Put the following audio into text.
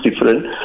different